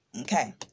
okay